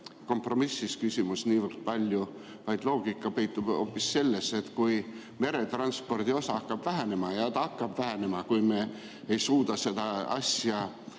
kompromissis, vaid loogika peitub hoopis selles, et kui meretranspordi osa hakkab vähenema – ja ta hakkab vähenema, kui me ei suuda seda asja